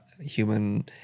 human